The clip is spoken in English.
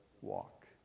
walk